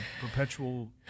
perpetual